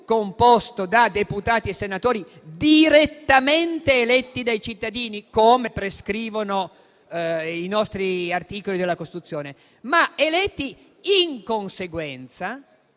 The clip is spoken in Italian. composto da deputati e senatori direttamente eletti dai cittadini, come prescrivono gli articoli della Costituzione, ma eletti in conseguenza